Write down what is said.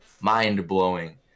mind-blowing